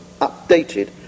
updated